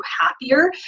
happier